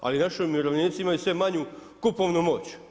Ali naši umirovljenici imaju sve manju kupovnu moć.